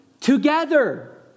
Together